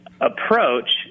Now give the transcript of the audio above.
approach